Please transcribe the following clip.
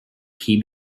key